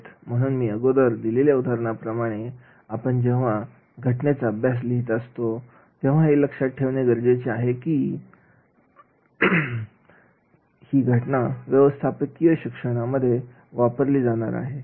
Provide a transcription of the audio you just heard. म्हणून मी अगोदर दिलेल्या उदाहरणाप्रमाणे जेव्हा आपण घटनेचा अभ्यास लिहीत असतो तेव्हा हे लक्षात ठेवणे गरजेचे आहे की ही घटना व्यवस्थापकीय शिक्षणामध्ये वापरली जाणार आहे